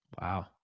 Wow